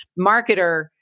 marketer